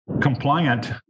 compliant